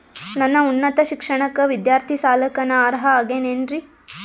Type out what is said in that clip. ನನ್ನ ಉನ್ನತ ಶಿಕ್ಷಣಕ್ಕ ವಿದ್ಯಾರ್ಥಿ ಸಾಲಕ್ಕ ನಾ ಅರ್ಹ ಆಗೇನೇನರಿ?